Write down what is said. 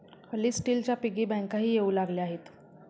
हल्ली स्टीलच्या पिगी बँकाही येऊ लागल्या आहेत